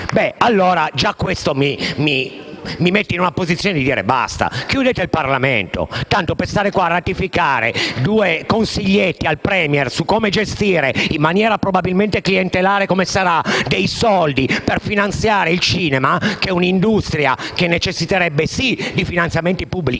dire basta. Già questo mi mette nella posizione di dire basta! Chiudete il Parlamento, perché tanto serve a ratificare due "consiglietti" al *Premier* su come gestire - in maniera probabilmente clientelare come sarà - dei soldi per finanziare il cinema, che è un'industria che necessiterebbe sì di finanziamenti pubblici,